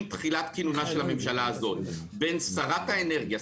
תחילת קינונה של הממשלה הזאת בין שרת האנרגיה,